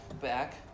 back